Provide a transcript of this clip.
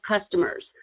customers